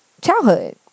childhood